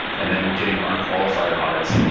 and then getting unqualified audits,